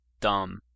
dumb